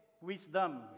wisdom